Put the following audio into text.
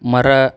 ಮರ